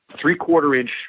three-quarter-inch